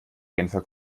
genfer